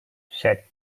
set